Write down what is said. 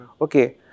Okay